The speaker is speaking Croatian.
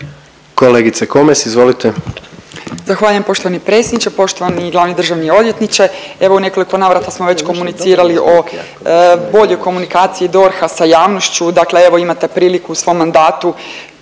Magdalena (HDZ)** Zahvaljujem poštovani predsjedniče. Poštovani glavni državni odvjetniče, evo u nekoliko navrata smo već komunicirali o boljoj komunikaciji DORH-a sa javnošću. Dakle evo imate priliku u svom mandatu